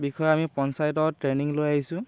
বিষয়ে আমি পঞ্চায়ত ট্ৰেইনিং লৈ আহিছোঁ